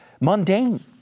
mundane